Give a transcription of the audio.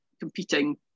competing